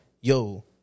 yo